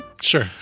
Sure